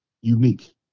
unique